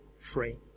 free